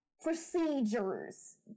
procedures